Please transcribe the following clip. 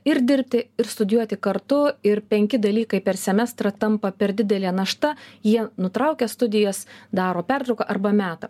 ir dirbti ir studijuoti kartu ir penki dalykai per semestrą tampa per didelė našta jie nutraukia studijas daro pertrauką arba meta